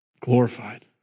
Glorified